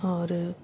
और